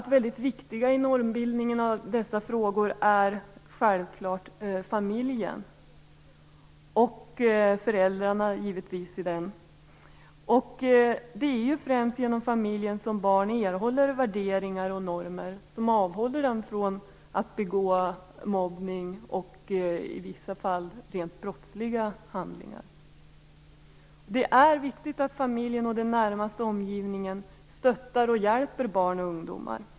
Väldigt viktiga i normbildningen i dessa frågor är självklart familjen och föräldrarna. Det är ju främst genom familjen som barn erhåller värderingar och normer som avhåller dem från att mobba och i vissa fall begå rent brottsliga handlingar. Det är viktigt att familjen och den närmaste omgivningen stöttar och hjälper barn och ungdomar.